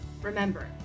Remember